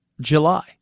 July